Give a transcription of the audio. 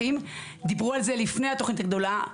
דיברו על זה לפני התוכנית הגדולה.